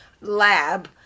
lab